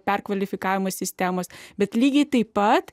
perkvalifikavimo sistemos bet lygiai taip pat